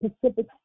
Pacific